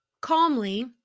Calmly